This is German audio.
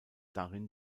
darin